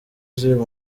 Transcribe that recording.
z’uyu